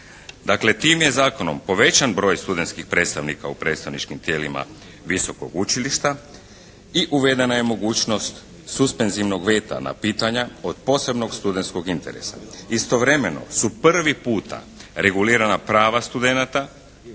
tim je zakonom povećan broj studenskih predstavnika u predstavničkim tijelima visokog učilišta i uvedena je mogućnost suspenzivnog veta na pitanja od posebnog studenskog interesa. Istovremeno su prvi puta regulirana prava studenata